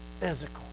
physical